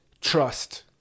trust